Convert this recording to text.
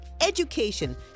education